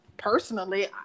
Personally